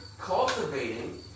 Cultivating